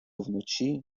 вночі